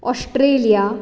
Australia